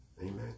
Amen